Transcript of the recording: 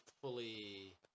fully